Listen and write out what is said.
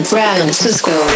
Francisco